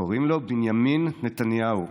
קוראים לו בנימין נתניהו,